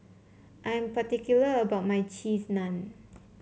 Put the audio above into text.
I am particular about my Cheese Naan